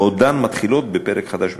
בעודן מתחילות בפרק חדש בחייהן.